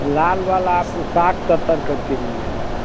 लाल वाला आपको साठ सत्तर करके मिलेगा